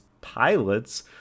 pilots